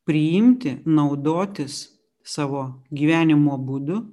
priimti naudotis savo gyvenimo būdu